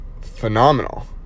phenomenal